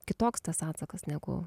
kitoks tas atsakas negu